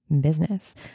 business